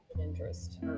interest